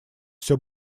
все